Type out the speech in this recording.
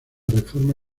reforma